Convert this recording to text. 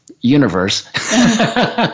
universe